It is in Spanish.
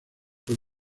fue